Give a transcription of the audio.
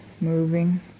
moving